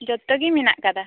ᱡᱚᱛᱚ ᱜᱮ ᱢᱮᱱᱟᱜ ᱠᱟᱫᱟ